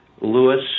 Lewis